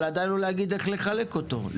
אבל עדיין לא להגיד איך לחלק אותו,